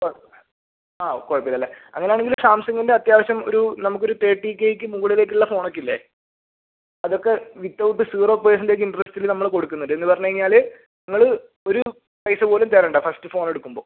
okay ആ കുഴപ്പമില്ലല്ലേ അങ്ങനെയാണെങ്കിൽ സാംസങ്ങിൻ്റെ അത്യാവശ്യം ഒരു നമുക്കൊരു തേർട്ടി കേയ്ക്ക് മുകളിലേക്കുള്ള ഫോണൊക്കെയില്ലേ അതൊക്കെ വിത്തൗട്ട് സീറോ പെർസന്റേജ് ഇന്ററെസ്റ്റിൽ നമ്മൾ കൊടുക്കുന്നുണ്ട് എന്ന് പറഞ്ഞ് കഴിഞ്ഞാൽ നിങ്ങൾ ഒരു പൈസ പോലും തരേണ്ട ഫസ്റ്റ് ഫോൺ എടുക്കുമ്പോൾ